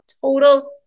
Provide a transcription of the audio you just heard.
total